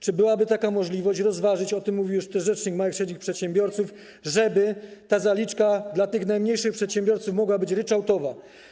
Czy byłaby taka możliwość - mówił o tym też rzecznik małych i średnich przedsiębiorców - żeby ta zaliczka dla tych najmniejszych przedsiębiorców mogła być ryczałtowa?